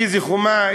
איזה חומה,